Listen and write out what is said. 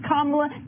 Kamala